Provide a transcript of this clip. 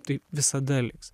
tai visada liks